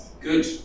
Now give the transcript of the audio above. Good